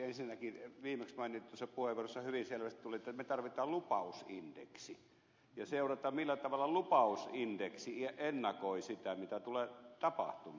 ensinnäkin viimeksi mainitussa puheenvuorossa tuli hyvin selväksi että me tarvitsemme lupausindeksin jolla seurata millä tavalla lupausindeksi ennakoi sitä mitä tulee tapahtumaan